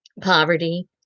Poverty